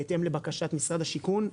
לפי בקשת משרד השיכון.